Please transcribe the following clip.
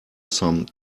some